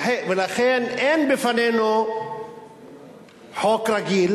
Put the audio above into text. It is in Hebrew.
לכן אין בפנינו חוק רגיל